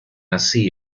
así